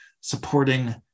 supporting